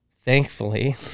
thankfully